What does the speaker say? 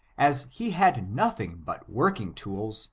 as he had nothing but working tools,